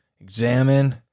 examine